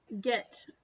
get